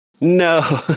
No